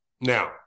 Now